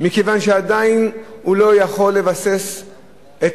מכיוון שעדיין הוא לא יכול לבסס את